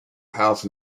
house